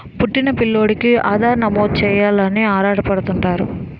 పుట్టిన పిల్లోలికి ఆధార్ నమోదు చేయించాలని ఆరాటపడుతుంటారు